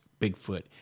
Bigfoot